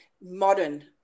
modern